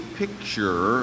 picture